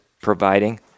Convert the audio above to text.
providing